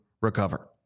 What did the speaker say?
recover